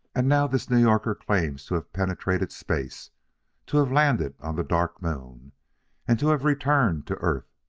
and now this new yorker claims to have penetrated space to have landed on the dark moon and to have returned to earth.